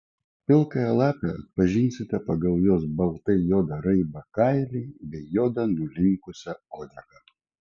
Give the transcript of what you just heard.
pilkąją lapę atpažinsite pagal jos baltai juodą raibą kailį bei juodą nulinkusią uodegą